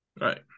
Right